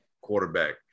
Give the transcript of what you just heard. quarterback